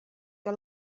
the